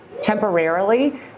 temporarily